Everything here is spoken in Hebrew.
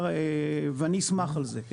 ואני אשמח על זה.